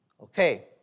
Okay